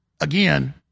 again